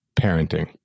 parenting